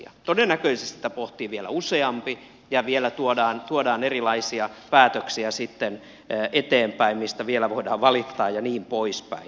todennäköisesti sitä pohtii vielä useampi ja vielä tuodaan erilaisia päätöksiä sitten eteenpäin mistä vielä voidaan valittaa ja niin poispäin